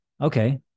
okay